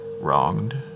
Wronged